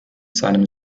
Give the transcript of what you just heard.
seinem